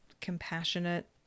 compassionate